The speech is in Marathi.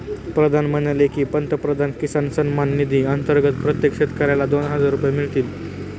प्रधान म्हणाले की, पंतप्रधान किसान सन्मान निधी अंतर्गत प्रत्येक शेतकऱ्याला दोन हजार रुपये मिळतात